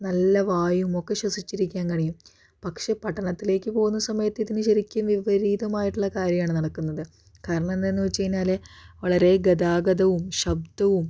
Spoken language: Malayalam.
നല്ല വായുവുമൊക്കെ ശ്വസിച്ചിരിക്കാൻ കഴിയും പക്ഷെ പട്ടണത്തിലേക്ക് പോകുന്ന സമയത്ത് ഇതിന് ശരിക്കും വിപരീതമായിട്ടുള്ള കാര്യാണ് നടക്കുന്നത് കാരണം എന്താന്ന് വച്ച് കഴിഞ്ഞാല് വളരെ ഗതാഗതവും ശബ്ദവും